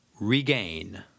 regain